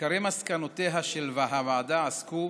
עיקרי מסקנותיה של הוועדה עסקו